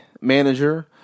manager